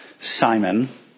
Simon